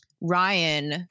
Ryan